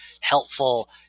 helpful